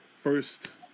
First